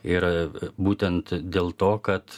ir būtent dėl to kad